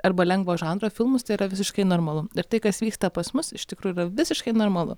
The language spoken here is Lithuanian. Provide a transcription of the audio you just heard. arba lengvo žanro filmus tai yra visiškai normalu ir tai kas vyksta pas mus iš tikrųjų yra visiškai normalu